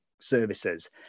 services